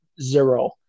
zero